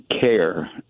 care